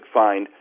find